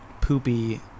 poopy